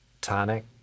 tonic